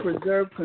preserve